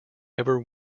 ever